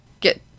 get